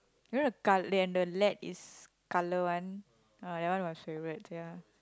you know the col~ and the lead is colour one ah that one my favourite sia